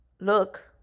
look